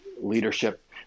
leadership